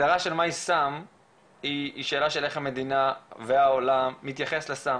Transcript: שההגדרה של מהו סם היא שאלה של איך המדינה והעולם מתייחסים לסם,